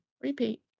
repeat